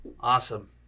awesome